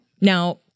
Now